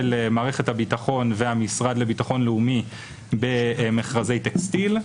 מערכת הביטחון והמשרד לביטחון לאומי במכרזי טקסטיל,